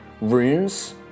runes